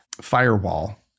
firewall